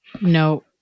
No